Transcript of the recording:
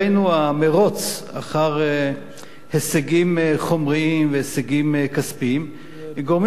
המירוץ אחר הישגים חומריים והישגים כספיים גורם לכך